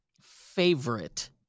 favorite